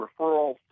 referral